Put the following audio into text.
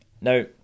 Now